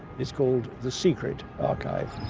is called the secret archive.